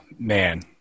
Man